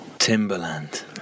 Timberland